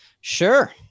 Sure